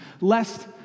lest